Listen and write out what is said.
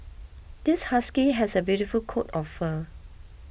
this husky has a beautiful coat of fur